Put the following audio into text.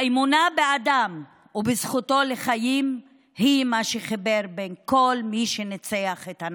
האמונה באדם ובזכותו לחיים היא מה שחיבר את כל מי שניצח את הנאציזם,